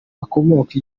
akomoka